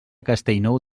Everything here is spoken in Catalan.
castellnou